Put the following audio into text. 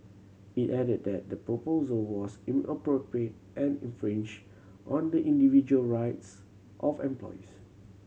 it added that the proposal was inappropriate and infringed on the individual rights of employees